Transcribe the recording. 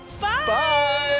Bye